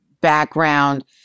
background